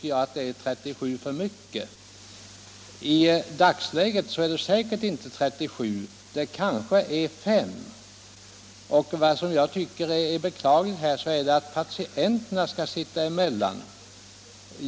Jag tycker att det är 37 för mycket. I dagsläget är det emellertid säkert inte 37. Det är kanske 5. Det är beklagligt att patienterna skall sitta emellan.